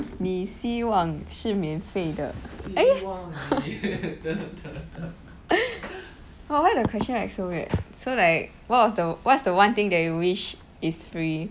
你希望是免费的 eh !wah! why the question like so weird so like what was the what's the one thing that you wish is free